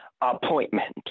appointment